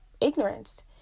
ignorance